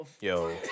Yo